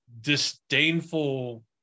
disdainful